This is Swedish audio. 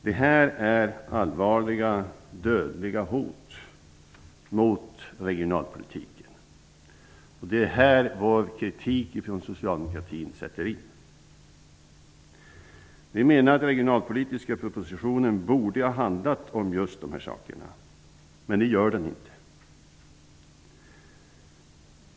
Detta utgör allvarliga, dödliga hot mot regionalpolitiken, och mot detta riktar socialdemokratin sin kritik. Vi menar att den regionalpolitiska propositionen borde ha handlat om just dessa saker, men det gör den inte.